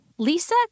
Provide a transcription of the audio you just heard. Lisa